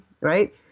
Right